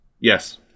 Yes